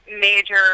major